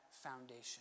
foundation